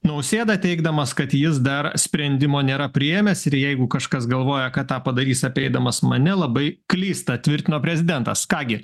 nausėda teigdamas kad jis dar sprendimo nėra priėmęs ir jeigu kažkas galvoja kad tą padarys apeidamas mane labai klysta tvirtino prezidentas ką gi